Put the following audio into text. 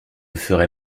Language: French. ferai